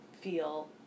feel